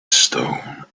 stone